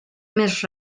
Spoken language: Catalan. més